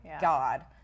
God